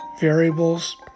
variables